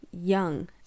young